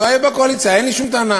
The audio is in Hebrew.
לא היו בקואליציה, אין לי שום טענה.